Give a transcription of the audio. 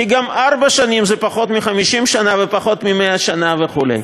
כי גם ארבע שנים זה פחות מ-50 שנה ופחות מ-100 שנה וכו'.